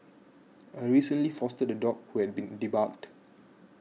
I recently fostered a dog who had been debarked